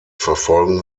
verfolgen